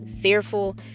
fearful